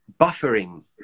buffering